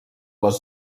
les